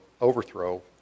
overthrow